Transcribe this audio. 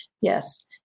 Yes